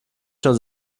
schon